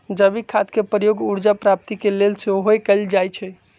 जैविक खाद के प्रयोग ऊर्जा प्राप्ति के लेल सेहो कएल जाइ छइ